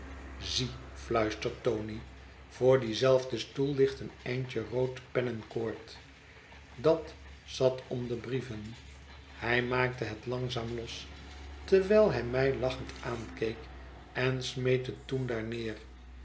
zie fluistert tony voor dien zelfden stoel ligt een eindje rood pennenkoord dat zat om de brieven hij maakte het langzaam los terwijl hij mij lachend aankeek en smeet het toen daar neer